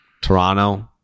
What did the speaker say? Toronto